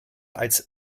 als